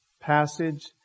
passage